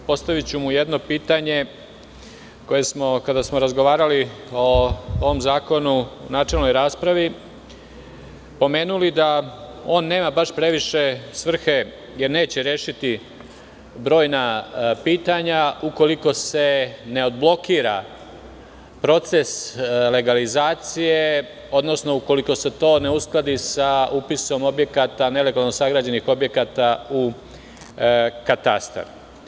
Postaviću mu jedno pitanje koje smo, kada smo razgovarali o ovom zakonu u načelnoj raspravi, pomenuli da on nema baš previše svrhe jer neće rešiti brojna pitanja ukoliko se ne odblokira proces legalizacije, odnosno ukoliko se to ne uskladi sa upisom nelegalno sagrađenih objekata u katastar.